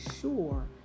sure